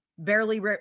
barely